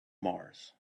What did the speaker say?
mars